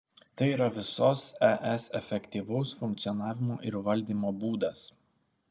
tai yra visos es efektyvaus funkcionavimo ir valdymo būdas